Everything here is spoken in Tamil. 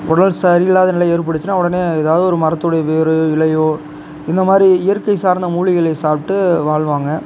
உடல் சரியில்லாத நிலை ஏற்பட்டுச்சுனா உடனே எதாவது ஒரு மரத்தோடய வேரோ இலையோ இந்தமாதிரி இயற்கை சார்ந்த மூலிகையை சாப்பிட்டு வாழ்வாங்க